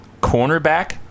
cornerback